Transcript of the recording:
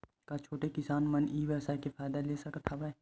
का छोटे किसान मन ई व्यवसाय के फ़ायदा ले सकत हवय?